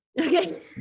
Okay